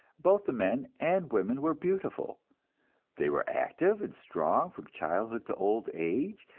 both the men and women were beautiful they were active and strong from childhood to old age,